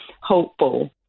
hopeful